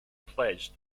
pledged